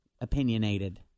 opinionated